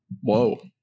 Whoa